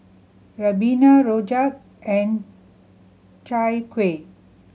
ribena rojak and Chai Kueh